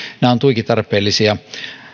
nämä ovat tuiki tarpeellisia